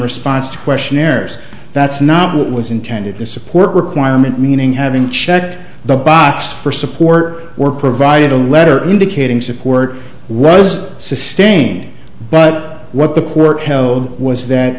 response to questionnaires that's not what was intended to support requirement meaning having checked the box for support or provided a letter indicating support was sustained but what the court held was that